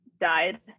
died